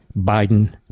Biden